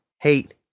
hate